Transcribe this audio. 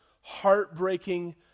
heartbreaking